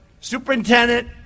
superintendent